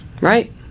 right